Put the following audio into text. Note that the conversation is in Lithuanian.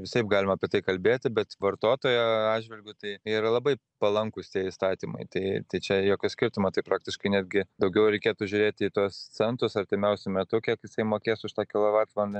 visaip galima apie tai kalbėti bet vartotojo atžvilgiu tai yra labai palankūs tie įstatymai tai čia jokio skirtumo tai praktiškai netgi daugiau reikėtų žiūrėt į tuos centrus artimiausiu metu kiek jisai mokės už tą kilovatvalandę